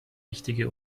wichtige